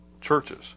churches